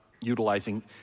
utilizing